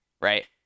right